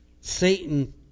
Satan